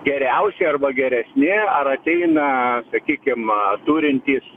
geriausi arba geresni ar ateina sakykim turintys